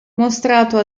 mostrato